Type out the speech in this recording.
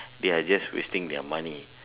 they are just wasting their money